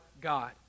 God